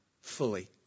fully